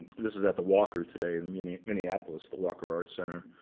this is at the walker today in minneapolis, the walker art center.